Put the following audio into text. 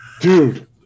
Dude